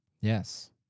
Yes